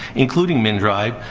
including mndrive,